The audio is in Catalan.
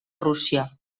rússia